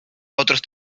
otros